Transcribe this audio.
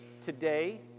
today